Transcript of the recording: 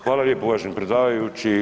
Hvala lijepo uvaženi predsjedavajući.